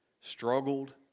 Struggled